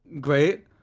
great